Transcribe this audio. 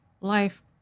life